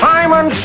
Simon